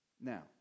Now